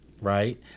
right